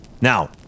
Now